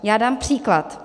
Já dám příklad.